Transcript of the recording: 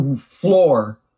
floor